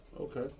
Okay